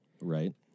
Right